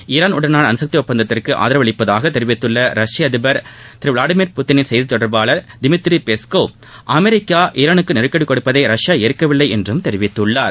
ஈரானுடனான அணுசக்தி ஒப்பந்தத்திற்கு ஆதரவளிப்பதாக தெரிவித்துள்ள ரஷ்ய அதிபர் திரு விளாடிமிர் புட்டிளின் செய்தி தொடர்பாளர் டிமிட்ரி பெஸ்கோவ் அமெரிக்கா ஈரானுக்கு நெருக்கடி கொடுப்பதை ரஷ்யா ஏற்கவில்லை என்றும் தெரிவித்துள்ளார்